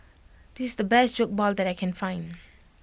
this is the best Jokbal that I can find